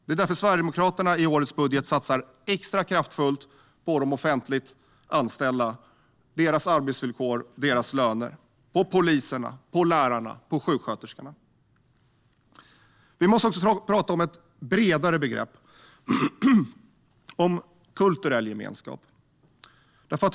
Det är därför Sverigedemokraterna i årets budget satsar extra kraftfullt på de offentligt anställda, deras arbetsvillkor och deras löner, på poliserna, på lärarna, på sjuksköterskorna. Vi måste också prata om ett bredare begrepp, om kulturell gemenskap.